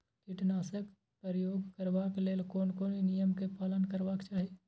कीटनाशक क प्रयोग करबाक लेल कोन कोन नियम के पालन करबाक चाही?